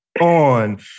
on